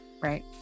right